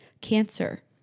Cancer